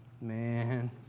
man